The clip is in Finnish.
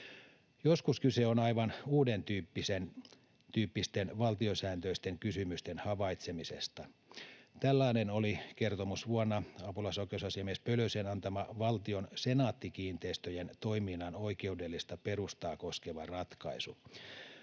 Joskus kyse on aivan uudentyyppisten valtiosääntöisten kysymysten havaitsemisesta. Tällainen oli kertomusvuonna apulaisoikeusasiamies Pölösen antama valtion Senaatti-kiinteistöjen toiminnan oikeudellista perustaa koskeva ratkaisu.